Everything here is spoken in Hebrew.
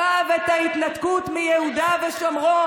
מימנת את חמאס עם תירוצים על איך אתה מר ביטחון,